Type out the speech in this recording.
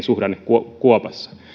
suhdannekuopassa